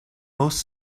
most